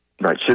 Right